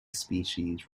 species